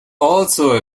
also